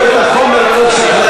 תודה.